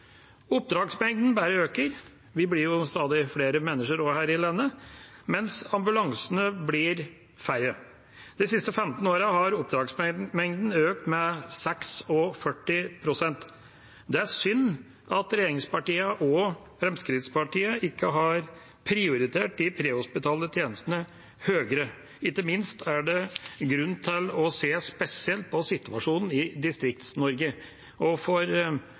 Oppdragsmengden bare øker – vi blir jo stadig flere mennesker her i landet – mens ambulansene blir færre. De siste 15 årene har oppdragsmengden økt med 46 pst. Det er synd at regjeringspartiene og Fremskrittspartiet ikke har prioritert de prehospitale tjenestene høyere. Ikke minst er det grunn til å se spesielt på situasjonen i Distrikts-Norge. For noen uker siden var en kommunelege i Gudbrandsdalen ute og